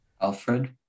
Alfred